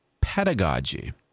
pedagogy